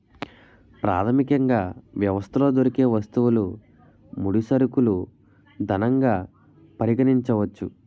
ప్రాథమికంగా వ్యవస్థలో దొరికే వస్తువులు ముడి సరుకులు ధనంగా పరిగణించవచ్చు